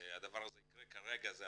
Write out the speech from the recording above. הדבר הזה יקרה, כדי